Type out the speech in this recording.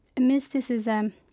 mysticism